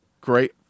Great